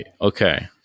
okay